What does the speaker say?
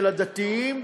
של הדתיים,